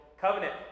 covenant